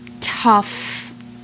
tough